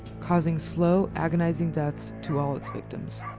causing slow, agonising deaths to all its victims.